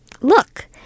look